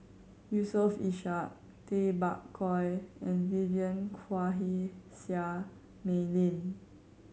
Yusof Ishak Tay Bak Koi and Vivien Quahe Seah Mei Lin